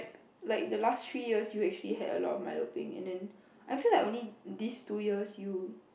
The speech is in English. like the last three years you actually had a lot of Milo peng and then I feel like only these two years you